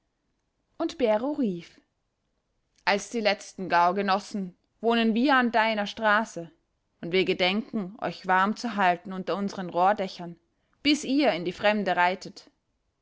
und bero rief als die letzten gaugenossen wohnen wir an deiner straße und wir gedenken euch warm zu halten unter unseren rohrdächern bis ihr in die fremde reitet